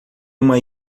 uma